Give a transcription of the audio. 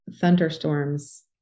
thunderstorms